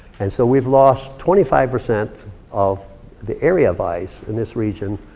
and so we've lost twenty five percent of the area of ice, in this region,